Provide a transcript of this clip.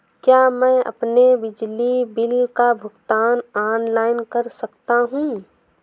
क्या मैं अपने बिजली बिल का भुगतान ऑनलाइन कर सकता हूँ?